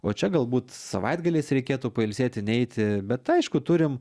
o čia galbūt savaitgaliais reikėtų pailsėti neiti bet aišku turim